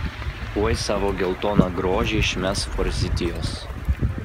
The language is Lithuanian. tuoj savo geltoną grožį išmes forzitijos